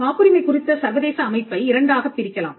காப்புரிமை குறித்த சர்வதேச அமைப்பை இரண்டாகப் பிரிக்கலாம்